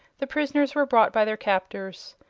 the prisoners were brought by their captors.